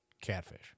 Catfish